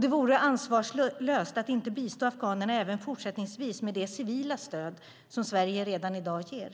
Det vore ansvarslöst att inte bistå afghanerna även fortsättningsvis med det civila stöd som Sverige redan i dag ger.